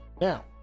Now